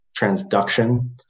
transduction